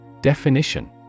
Definition